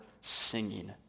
singing